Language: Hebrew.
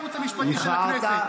אתה וכל הייעוץ המשפטי של הכנסת.